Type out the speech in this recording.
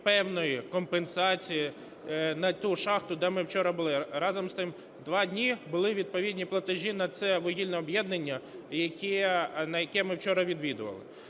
певної компенсації на ту шахту, де ми вчора були. Разом з тим, два були відповідні платежі на це вугільне об'єднання, яке ми вчора відвідували.